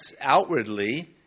outwardly